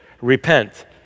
repent